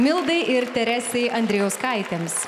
mildai ir teresei andrijauskaitėms